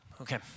okay